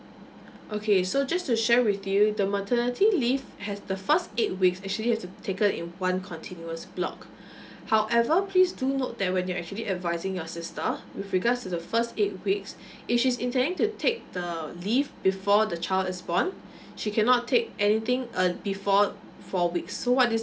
okay so just to share with you the maternity leave has the first eight weeks actually have to be taken in one continuous block however please do note that when you actually advising your sister with regards to the first eight weeks if she's intending to take the leave before the child is born she cannot take anything uh before four weeks so what this